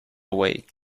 away